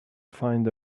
find